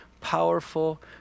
powerful